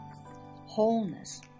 wholeness